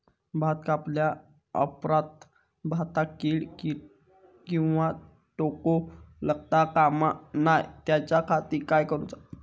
भात कापल्या ऑप्रात भाताक कीड किंवा तोको लगता काम नाय त्याच्या खाती काय करुचा?